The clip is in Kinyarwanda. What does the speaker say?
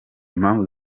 impamvu